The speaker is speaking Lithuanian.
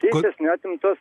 teisės neatimtos